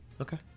Okay